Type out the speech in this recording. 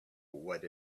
what